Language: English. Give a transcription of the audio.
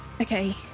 Okay